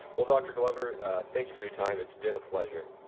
well dr. glover thank you for your time, it's been pleasure